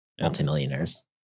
multimillionaires